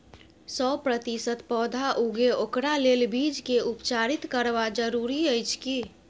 सौ प्रतिसत पौधा उगे ओकरा लेल बीज के उपचारित करबा जरूरी अछि की?